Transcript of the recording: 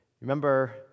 Remember